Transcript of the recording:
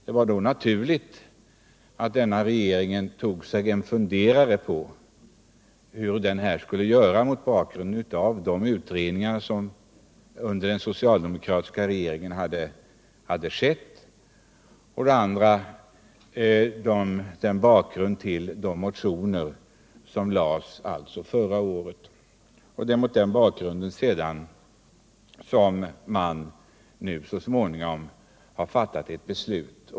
Det var då naturligt att regeringen tog sig en funderare på hur den skulle handla mot bakgrund av de utredningar som skett under den socialdemokratiska regeringen och de motioner som väcktes förra året. Nu har regeringen fattat ett beslut.